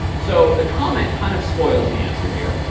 so, the comment kind of spoils the answer here.